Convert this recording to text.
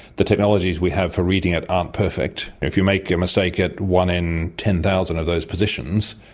the technologies we have for reading it aren't perfect. if you make a mistake at one in ten thousand of those positions,